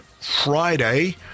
Friday